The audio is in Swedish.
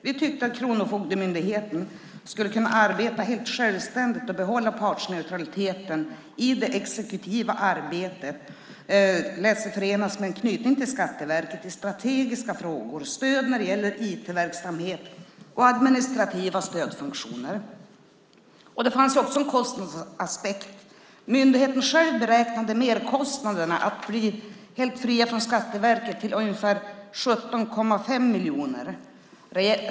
Vi tyckte att Kronofogdemyndigheten skulle kunna arbeta helt självständigt och behålla partsneutraliteten i det exekutiva arbetet samtidigt som detta lät sig förenas med en knytning till Skatteverket i strategiska frågor, stöd när det gäller IT-verksamhet och administrativa stödfunktioner. Det fanns också en kostnadsaspekt. Myndigheten själv beräknade merkostnaderna för att bli helt fria från Skatteverket till ungefär 17,5 miljoner.